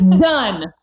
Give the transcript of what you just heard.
Done